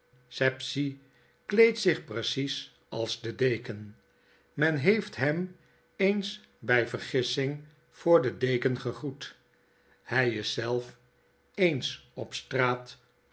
sapsea kleedt zich precies als de deken men heeft hem eens by vergissing voor den deken gegroet hy is zelf eens op straat